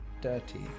dirty